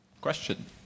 Question